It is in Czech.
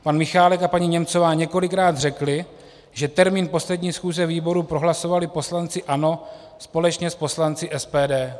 Pan Michálek a paní Němcová několikrát řekli, že termín poslední schůze výboru prohlasovali poslanci ANO společně s poslanci SPD.